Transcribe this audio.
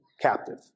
captive